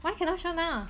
why can~ cannot show now